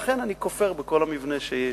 לכן אני כופר בכל המבנה שבנית.